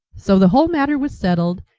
so the whole matter was settled,